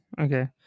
okay